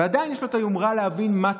ועדיין יש לו היומרה להבין מה צריך,